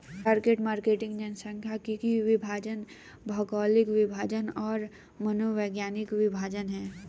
target market जनसांख्यिकीय विभाजन, भौगोलिक विभाजन और मनोवैज्ञानिक विभाजन हैं